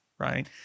Right